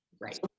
Right